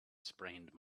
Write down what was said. sprained